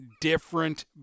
different